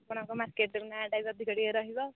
ଆପଣଙ୍କର ମାର୍କେଟ୍ରେ ନାଁ'ଟା ବି ଅଧିକ ଟିକେ ରହିବ